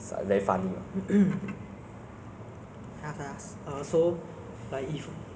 ya I think I would vote for the oppositions not that I don't like the current ruling government but I think